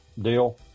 deal